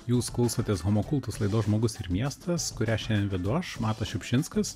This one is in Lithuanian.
jūs klausotės homokultas laidos žmogus ir miestas kurią šiandien vedu aš matas šiupšinskas